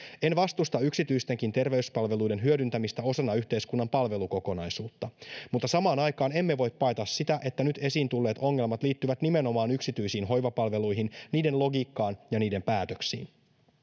en vastusta yksityistenkin terveyspalveluiden hyödyntämistä osana yhteiskunnan palvelukokonaisuutta mutta samaan aikaan emme voi paeta sitä että nyt esiin tulleet ongelmat liittyvät nimenomaan yksityisiin hoivapalveluihin niiden logiikkaan ja niiden päätöksiin